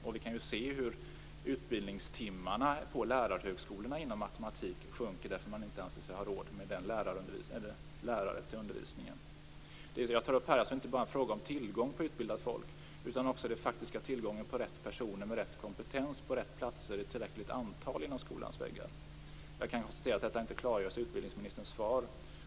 Vi kan se hur utbildningstimmarna i matematik på lärarhögskolorna minskar därför att man inte anser sig ha råd med lärare till undervisningen. Det som jag tar upp här är alltså inte bara en fråga om tillgång till utbildat folk, utan den faktiska tillgången till rätt personer med rätt kompetens på rätt platser och i tillräckligt antal inom skolans väggar. Jag konstaterar att detta inte klargörs i utbildningsministerns svar.